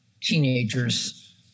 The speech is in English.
teenagers